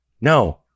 No